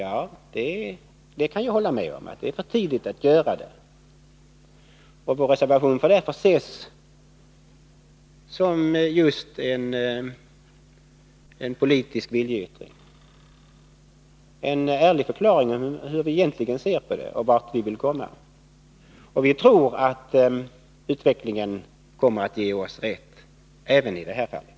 Ja, det kan jag hålla med om. Det är för tidigt att göra det. Vår reservation bör därför ses som just en politisk viljeyttring, en ärlig förklaring av hur vi egentligen ser på detta och vart vi vill komma. Vi tror att utvecklingen kommer att ge oss rätt, även i det här fallet.